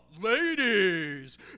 ladies